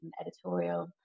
editorial